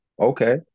okay